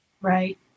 Right